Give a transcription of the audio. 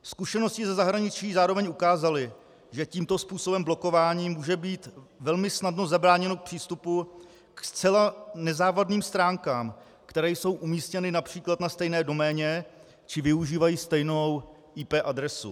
Zkušenosti ze zahraničí zároveň ukázaly, že tímto způsobem blokování může být velmi snadno zabráněno přístupu ke zcela nezávadným stránkám, které jsou umístěny například na stejné doméně či využívají stejnou IP adresu.